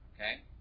Okay